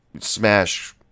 Smash